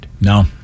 No